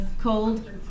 Cold